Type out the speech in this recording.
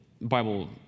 Bible